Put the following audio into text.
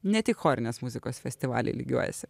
ne tik chorinės muzikos festivaliai lygiuojasi